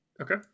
Okay